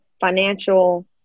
financial